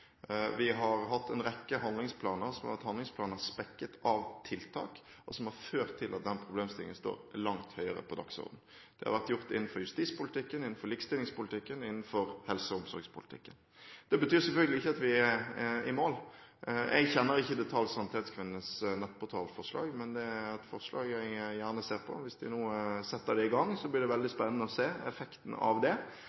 Vi har hatt en rekke handlingsplaner som har vært spekket av tiltak, noe som har ført til at denne problemstillingen står langt høyere på dagsordenen. Det har vært gjort innenfor justispolitikken, likestillingspolitikken og helse- og omsorgspolitikken. Det betyr selvfølgelig ikke at vi er i mål. Jeg kjenner ikke i detalj Sanitetskvinnenes nettportalforslag, men det er et forslag jeg gjerne ser på. Hvis de nå setter det i gang, blir det veldig